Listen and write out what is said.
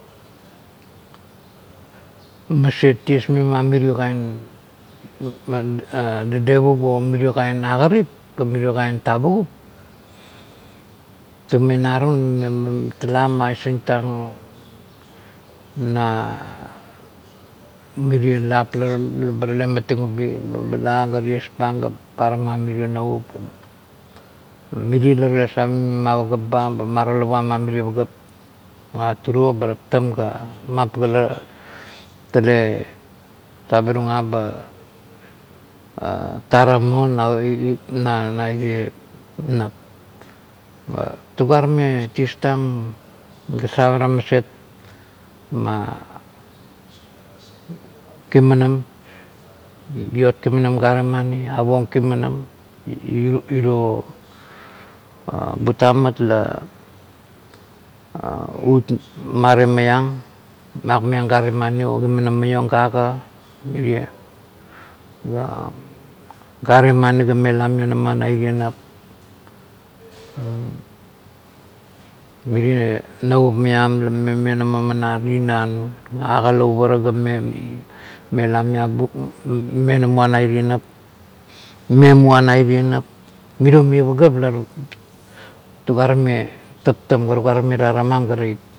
Mas tiesmeng ma mikio kain agarip ga miro kain tavukup tum navung meba tula maisinotang na miri lap lebatale kan mating ubi ba pala ga ties pang ga paramam mire noivup, miri a tale kan save eng ba maralava pa turo taram ga mapagala tale save rung a a bat taram maun naire nap, pa tuga tame ties tang ga save rang maset ma lemanam ga iot kimamanain gare mani, o avuong kimanam, iro butamat la ut mare maiang mak maiang gare mani o kimanam ga aga, ga are mani ga mela maionama na ire nep, na mire navup maim la maionama tinan. Aga la uvara tinau ga mame maiabuang menamua na irie nap memuam mirie mi pagap la tuga tame taram ga taip.,